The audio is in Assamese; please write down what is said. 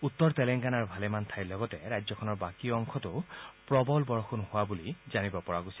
উত্তৰ টেলেংগানাৰ ভালেমান ঠাইৰ লগতে ৰাজ্যখনৰ বাকী অংশতো প্ৰবল বৰষুণ হোৱা বুলি জানিব পৰা গৈছে